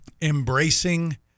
embracing